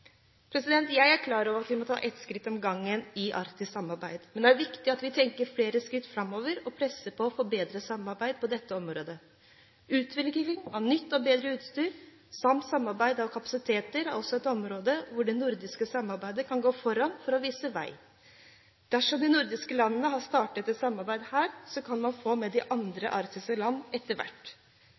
Jeg er klar over at man må ta ett skritt om gangen i det arktiske samarbeidet, men det er viktig at vi tenker flere skritt framover og presser på for bedre samarbeid på dette området. Utvikling av nytt og bedre utstyr samt samarbeid om kapasiteter er også et område hvor det nordiske samarbeidet kan gå foran for å vise vei. Dersom de nordiske landene kan starte et samarbeid her, kan man få med de andre arktiske landene etter hvert.